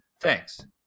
Thanks